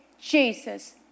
Jesus